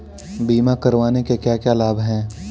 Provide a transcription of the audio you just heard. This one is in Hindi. बीमा करवाने के क्या क्या लाभ हैं?